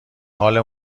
حال